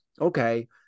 okay